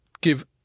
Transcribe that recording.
give